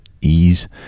ease